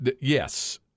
yes